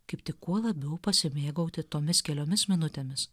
kaip tik kuo labiau pasimėgauti tomis keliomis minutėmis